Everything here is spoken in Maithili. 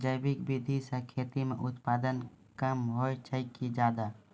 जैविक विधि से खेती म उत्पादन कम होय छै कि ज्यादा?